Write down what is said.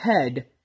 head